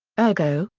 ergo,